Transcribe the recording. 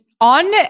On